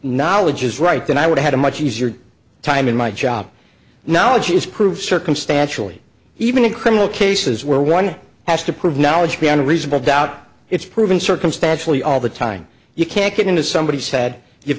knowledge is right then i would have a much easier time in my job knowledge is proof circumstantially even in criminal cases where one has to prove knowledge beyond reasonable doubt it's proven circumstantially all the time you can't get into somebody said you've